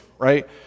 right